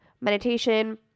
meditation